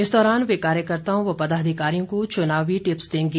इस दौरान वे कार्यकर्ताओं व पदाधिकारियों को चुनावी टिप्स देंगे